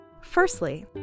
Firstly